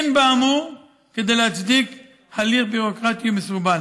אין באמור כדי להצדיק הליך ביורוקרטי ומסורבל,